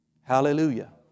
Hallelujah